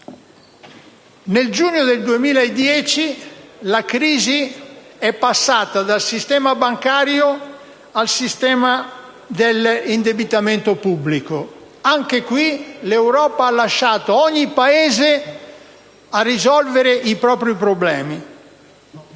Nel giugno 2010 la crisi è passata dal sistema bancario al sistema dell'indebitamento pubblico: anche qui l'Europa ha lasciato ogni Paese a risolvere i propri problemi.